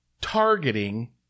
targeting